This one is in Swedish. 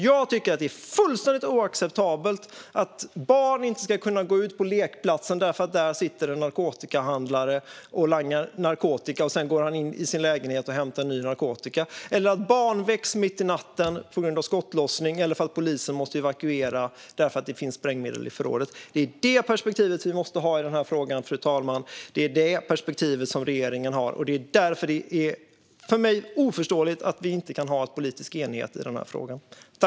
Jag tycker att det är fullständigt oacceptabelt att barn inte ska kunna gå ut på lekplatsen för att det sitter en narkotikahandlare där och langar narkotika - och sedan går han in i sin lägenhet och hämtar ny narkotika. Jag tycker att det är fullständigt oacceptabelt att barn väcks mitt i natten på grund av skottlossning eller för att polisen måste evakuera för att det finns sprängmedel i förrådet. Det är det perspektivet vi måste ha i denna fråga, fru talman. Det är det perspektivet som regeringen har. Och det är för mig oförståeligt att vi inte kan ha en politisk enighet i denna fråga.